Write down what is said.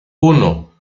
uno